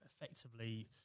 effectively